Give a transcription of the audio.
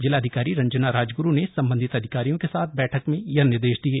जिलाधिकारी रंजना राजग्रू ने सम्बन्धित अधिकारियों के साथ बैठक में यह निर्देश दिये